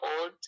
old